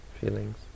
feelings